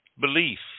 belief